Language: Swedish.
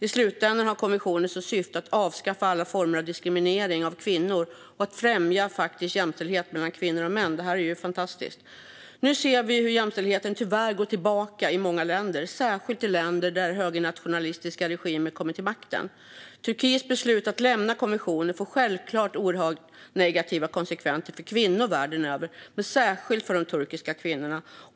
I slutänden har konventionen som syfte att avskaffa alla former av diskriminering av kvinnor och att främja faktisk jämställdhet mellan kvinnor och män. Detta är fantastiskt. Nu ser vi tyvärr att jämställdheten går tillbaka i många länder, särskilt i länder där högernationalistiska regimer kommit till makten. Turkiets beslut att lämna konventionen får självklart oerhört negativa konsekvenser för kvinnor världen över, men särskilt för de turkiska kvinnorna.